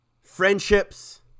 friendships